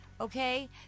okay